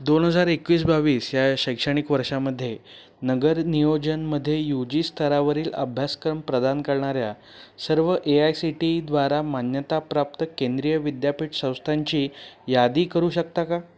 दोन हजार एकवीस बावीस या शैक्षणिक वर्षामध्ये नगर नियोजनामध्ये यू जी स्तरावरील अभ्यासक्रम प्रदान करणाऱ्या सर्व ए आय सी टी ईद्वारा मान्यताप्राप्त केंद्रीय विद्यापीठ संस्थांची यादी करू शकता का